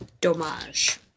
Dommage